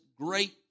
great